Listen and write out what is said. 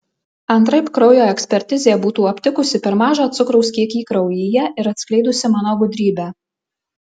antraip kraujo ekspertizė būtų aptikusi per mažą cukraus kiekį kraujyje ir atskleidusi mano gudrybę